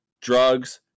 drugs